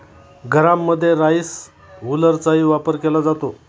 घरांमध्ये राईस हुलरचाही वापर केला जातो